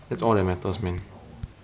cons no